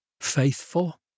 faithful